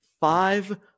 Five